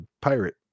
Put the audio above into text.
pirate